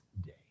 day